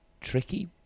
tricky